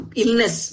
...illness